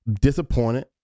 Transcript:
disappointed